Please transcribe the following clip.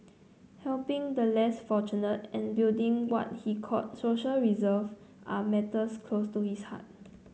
helping the less fortunate and building what he called social reserve are matters close to his heart